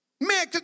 Man